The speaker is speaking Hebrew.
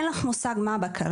אין לך מושג מה הבקרה.